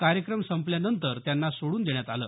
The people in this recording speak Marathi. कार्यक्रम संपल्यानंतर त्यांना सोडून देण्यात आलं